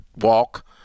walk